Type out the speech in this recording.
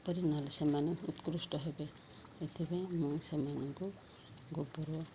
ସେମାନେଙ୍କୁ ଉତ୍କୃଷ୍ଟ ହେବେ ଏଥିପାଇଁ ମୁଁ ସେମାନଙ୍କୁ ଗୋବର